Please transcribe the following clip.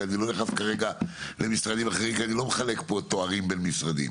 אני לא נכנס למשרדים האחרים כי אני לא מחלק פה תארים בין משרדים